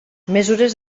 mesures